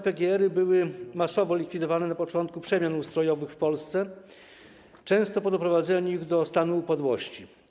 PGR-y były masowo likwidowane na początku przemian ustrojowych w Polsce, często po doprowadzeniu ich do stanu upadłości.